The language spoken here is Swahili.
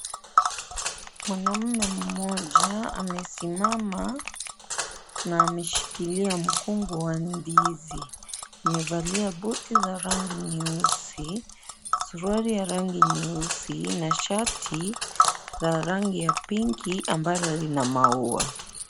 Mwanaume mmoja amesimama na smedhikilia mgomba wa ndizi na amevaa kabuti la rangi nyeusi ,suruali ya rangi nyeusi na shati rangi la pinki ambali lina maua.